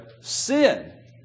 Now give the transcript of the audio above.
sin